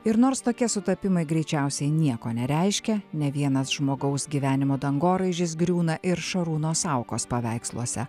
ir nors tokie sutapimai greičiausiai nieko nereiškia ne vienas žmogaus gyvenimo dangoraižis griūna ir šarūno saukos paveiksluose